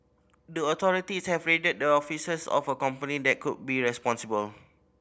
the authorities have raided the offices of a company that could be responsible